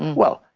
well,